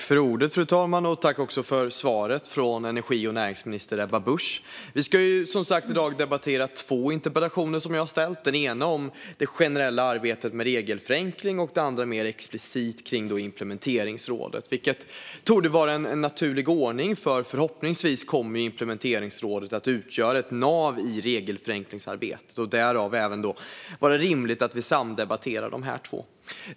Fru talman! Jag tackar energi och näringsminister Ebba Busch för svaret. Vi ska i dag debattera två interpellationer som jag har ställt. Den ena handlar om det generella arbetet med regelförenkling. Den andra handlar mer explicit om implementeringsrådet. Detta torde vara en naturlig ordning - implementeringsrådet kommer förhoppningsvis att utgöra ett nav i regelförenklingsarbetet, och därför är det rimligt att vi debatterar dessa två interpellationer samtidigt.